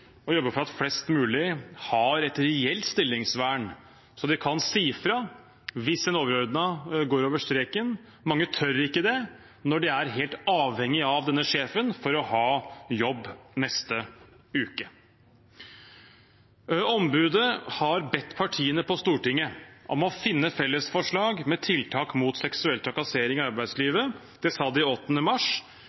å jobbe for at flest mulig har et reelt stillingsvern så de kan si fra hvis en overordnet går over streken. Mange tør ikke det når de er helt avhengig av denne sjefen for å ha jobb neste uke. Ombudet har bedt partiene på Stortinget om å finne fellesforslag med tiltak mot seksuell trakassering i arbeidslivet. Det sa de den 8. mars.